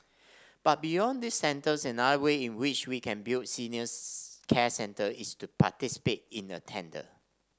but beyond these centres another way in which we can build senior care centres is to participate in a tender